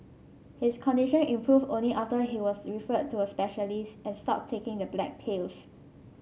his condition improved only after he was referred to a specialist and stopped taking the black pills